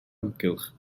amgylch